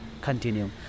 continue